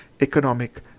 economic